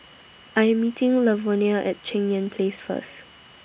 I Am meeting Lavonia At Cheng Yan Place First